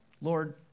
Lord